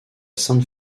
sainte